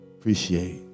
appreciate